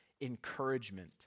encouragement